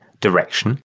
direction